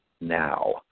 now